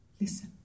listen